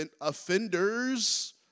offenders